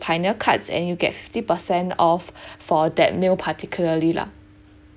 pioneer cards and you get fifty percent off for that meal particularly lah